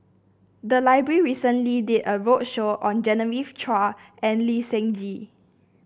the library recently did a roadshow on Genevieve Chua and Lee Seng Gee